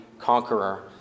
conqueror